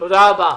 תודה רבה.